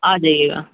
आ जाइएगा